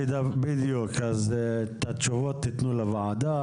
בדיוק, אז את התשובות תתנו לוועדה.